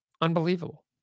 Unbelievable